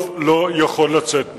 טוב לא יכול לצאת מזה.